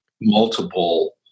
multiple